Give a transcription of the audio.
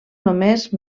només